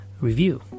review